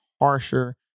harsher